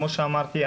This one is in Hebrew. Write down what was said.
כמו שאמרתי,